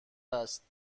است